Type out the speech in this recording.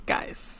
Guys